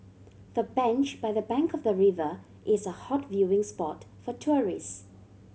the bench by the bank of the river is a hot viewing spot for tourist